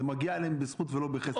זה מגיע להם בזכות ולא בחסד.